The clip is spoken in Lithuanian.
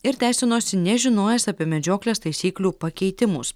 ir teisinosi nežinojęs apie medžioklės taisyklių pakeitimus